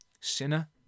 Sinner